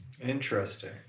Interesting